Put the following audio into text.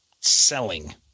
selling